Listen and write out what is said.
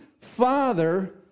Father